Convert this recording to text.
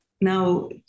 now